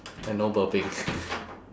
and no burping